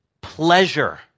pleasure